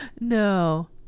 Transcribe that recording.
no